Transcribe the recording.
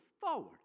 forward